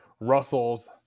Russell's